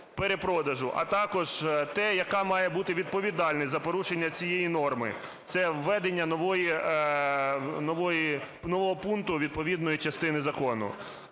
а також те, яка має бути відповідальність за порушення цієї норми. Це введення нового пункту відповідної частини закону.